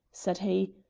said he,